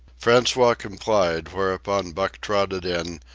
francois complied, whereupon buck trotted in,